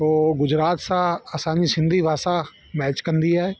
पोइ गुजरात सां असांजी सिंधी भाषा मैच कंदी आहे